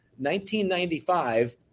1995